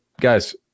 Guys